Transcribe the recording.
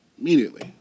immediately